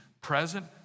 Present